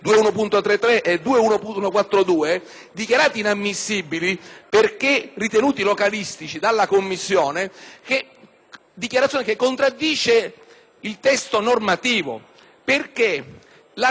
dichiarati inammissibili perché ritenuti localistici dalla Commissione. Tale dichiarazione contraddice il testo normativo perché questi emendamenti riguardano